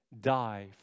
die